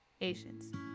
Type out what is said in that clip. Asians